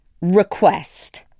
Request